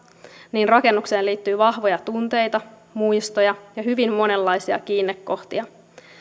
niin rakennukseen liittyy vahvoja tunteita muistoja ja hyvin monenlaisia kiinnekohtia